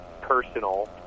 personal